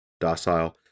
docile